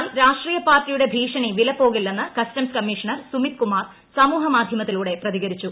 എന്നാൽ രാഷ്ട്രീയ പാർട്ടിയുടെ ഭീഷണി വിലപ്പോകില്ലെന്ന് കസ്റ്റംസ് കമ്മീഷണർ സുമിത് കുമാർ സമൂഹമാധ്യമത്തിലൂടെ പ്രതികരിച്ചു